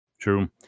True